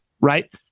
right